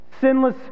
sinless